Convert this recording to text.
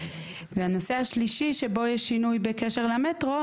הנושא השלישי שבו יש שינוי בקשר למטרו,